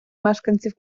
мешканців